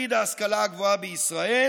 לעתיד ההשכלה הגבוהה בישראל,